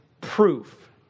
proof